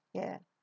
ya